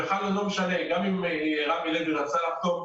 זה בכלל לא משנה כי אם גם רמי לוי רצה לחתום,